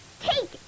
take